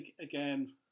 Again